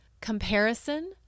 comparison